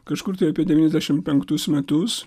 kažkur tai apie devyniasdešimt penktus metus